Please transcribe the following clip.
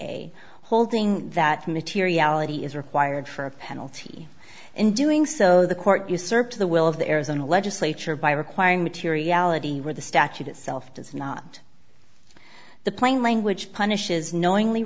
a holding that materiality is required for a penalty in doing so the court usurped the will of the arizona legislature by requiring materiality where the statute itself does not the plain language punishes knowingly